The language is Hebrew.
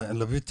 להביא,